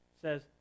says